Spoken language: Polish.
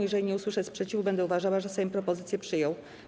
Jeżeli nie usłyszę sprzeciwu, będę uważała, że Sejm propozycję przyjął.